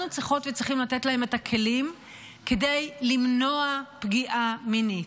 אנחנו צריכות וצריכים לתת להם את הכלים כדי למנוע פגיעה מינית,